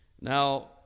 Now